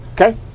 Okay